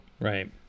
right